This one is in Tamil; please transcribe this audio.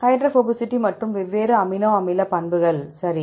ஹைட்ரோபோபசிட்டி மற்றும் வெவ்வேறு அமினோ அமில பண்புகள் சரி